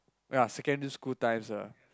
ya secondary school times ah